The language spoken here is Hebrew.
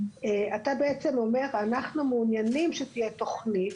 אתה בעצם אומר שאתם מעוניינים שתהיה תוכנית,